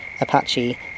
Apache